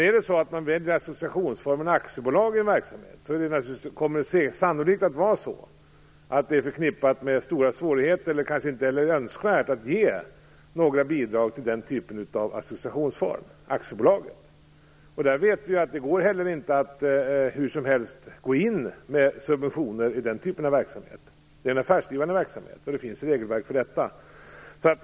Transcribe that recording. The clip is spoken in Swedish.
Är det så att man väljer associationsformen aktiebolag för en verksamhet kommer det sannolikt att vara så att det är förknippat med stora svårigheter, eller kanske inte ens önskvärt, att ge några bidrag till den typen av associationsform, dvs. aktiebolaget. Vi vet att det inte heller går att hur som helst gå in med subventioner i den typen av verksamhet. Det är affärsdrivande verksamhet, och det finns regelverk för detta.